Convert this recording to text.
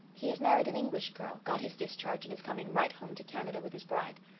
he has married an english girl, got his discharge, and is coming right home to canada with his bride.